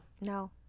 no